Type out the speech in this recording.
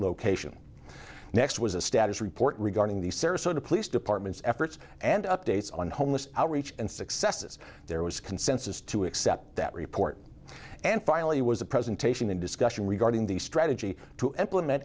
location next was a status report regarding the sarasota police department's efforts and updates on homeless outreach and successes there was consensus to accept that report and finally was a presentation in discussion regarding the strategy to implement